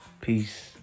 Peace